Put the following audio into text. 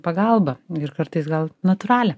pagalbą ir kartais gal natūralią